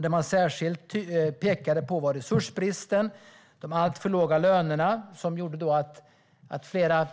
Det man särskilt pekade på var resursbristen och de alltför låga lönerna. Flera